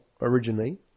originally